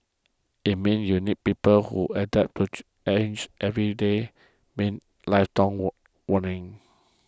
it means you need people who adapt to every day means lifelong warning